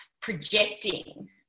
projecting